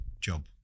job